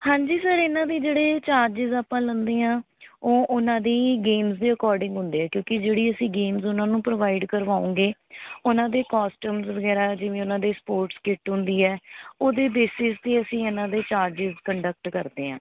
ਹਾਂਜੀ ਸਰ ਇਨ੍ਹਾਂ ਦੇ ਜਿਹੜੇ ਚਾਰਜਿਜ਼ ਆਪਾਂ ਲੈਂਦੇ ਹਾਂ ਉਹ ਉਨ੍ਹਾਂ ਦੀ ਗੇਮਜ਼ ਦੇ ਅਕੋਡਿੰਗ ਹੁੰਦੇ ਹੈ ਕਿਉਂਕਿ ਜਿਹੜੀ ਅਸੀਂ ਗੇਮਜ਼ ਉਨ੍ਹਾਂ ਨੂੰ ਪ੍ਰੋਵਾਈਡ ਕਰਵਾਉਂਗੇ ਉਨ੍ਹਾਂ ਦੇ ਕੋਸਟਿਉਮਸ ਵਗੈਰਾ ਜਿਵੇਂ ਉਨ੍ਹਾਂ ਦੀ ਸਪੋਟਸ ਕਿੱਟ ਹੁੰਦੀ ਹੈ ਉਹਦੇ ਬੇਸਿਸ 'ਤੇ ਅਸੀਂ ਇਨ੍ਹਾਂ ਦੇ ਚਾਰਜਿਜ਼ ਕਡੰਕਟ ਕਰਦੇ ਹਾਂ